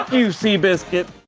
you, seabiscuit.